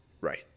Right